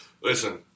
Listen